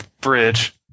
bridge